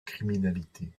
criminalité